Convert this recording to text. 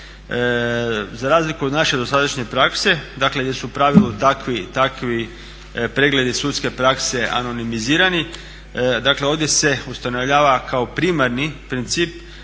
Za razliku od naše dosadašnje prakse dakle gdje su u pravilu takvi pregledi sudske prakse anonimizirani dakle ovdje se ustanovljava kao primarni princip